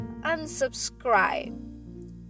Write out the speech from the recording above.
Unsubscribe